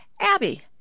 Abby